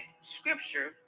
scripture